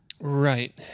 Right